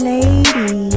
Lady